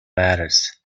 matters